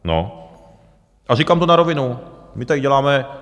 No a říkám to na rovinu my tady děláme...